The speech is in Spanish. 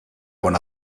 con